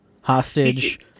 hostage